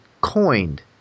coined